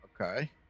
Okay